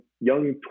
young